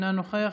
אינו נוכח,